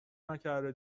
نکرده